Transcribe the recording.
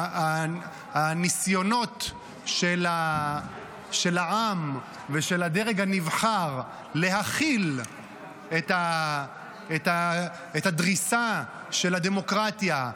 הניסיונות של העם ושל הדרג הנבחר להכיל את הדריסה של הדמוקרטיה,